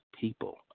people